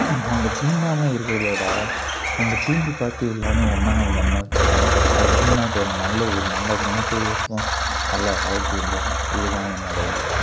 நம்ம தீண்டாமை இருக்கிறதைவிட நம்ம தீண்டி பார்த்து எல்லாமே ஒன்றா இருந்தம்னு வச்சுக்க அது தமிழ்நாட்டோடய நல்ல ஒரு நல்ல குணத்தையும் இருக்கும் நல்ல வாழ்க்கையும் தரும் இதுதான் என்னோடய இது